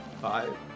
Five